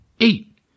eight